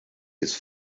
his